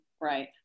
right